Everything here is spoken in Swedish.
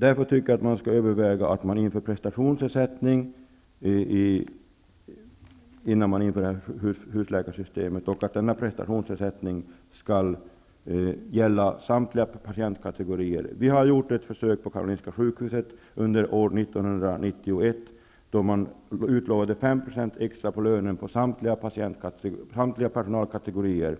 Därför bör man överväga att införa prestationsersättning innan man inför ett husläkarsystem. Denna prestationsersättning skall då omfatta samtliga patientkategorier. Under år 1991 genomfördes försök på Karolinska sjukhuset. Man utlovade 5 % extra påslag på lönen för samtliga personalkategorier.